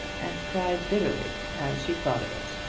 and cried bitterly as she thought of it.